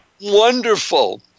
wonderful